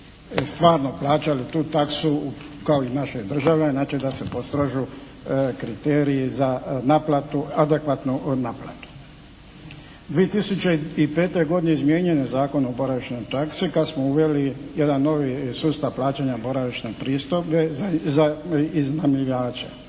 stvarno plaćali tu taksu kao i naši državljani, znači da se postrože kriteriji za naplatu adekvatnu naplatu. 2005. godine izmijenjen je Zakon o boravišnoj taksi kad smo uveli jedan novi sustav plaćanja boravišne pristojbe za iznajmljivače.